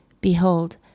Behold